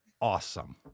awesome